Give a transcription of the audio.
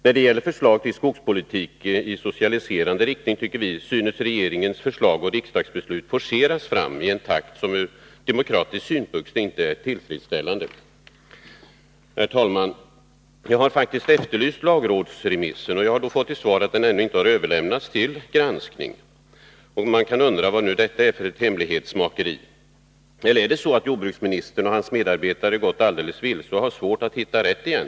När det gäller förslag till skogspolitiska åtgärder i socialiserande riktning synes regeringens förslag och riksdagens beslut forceras fram i en takt som ur demokratisk synpunkt inte är tillfredsställande. Herr talman! Jag har faktiskt efterlyst en lagrådsremiss i detta sammanhang. Jag har då fått till svar att ärendet ännu inte överlämnats till granskning. Man kan undra vad detta är för ett hemlighetsmakeri. Eller är det kanske så att jordbruksministern och hans medarbetare helt har gått vilse och att man har svårt att hitta rätt igen?